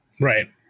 Right